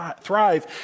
thrive